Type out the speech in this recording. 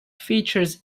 features